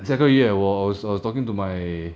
下个月我 I was talking to my